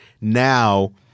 now